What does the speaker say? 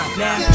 now